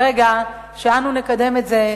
ברגע שאנו נקדם את זה,